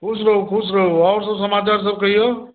खुश रहूँ खुश रहूँ आओर सभ समाचारसभ कहियौ